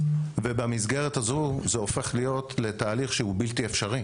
ובמסגרת הזו זה הופך להיות תהליך בלתי אפשרי.